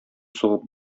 сугып